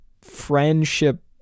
friendship